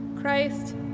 Christ